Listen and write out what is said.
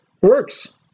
works